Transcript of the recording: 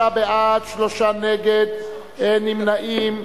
46 בעד, שלושה מתנגדים, אין נמנעים.